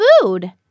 food